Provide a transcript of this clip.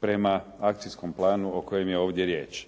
prema akcijskom planu o kome je ovdje riječ.